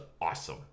awesome